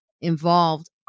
involved